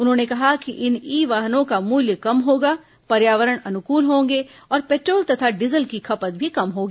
उन्होंने कहा कि इन ई वाहनों का मूल्य कम होगा पर्यावरण अनुकूल होंगे और पेट्रोल तथा डीजल की खपत भी कम होगी